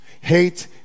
Hate